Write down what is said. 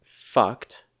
fucked